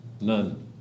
none